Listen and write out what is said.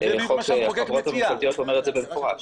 חוק החברות הממשלתיות אומר את זה במפורש.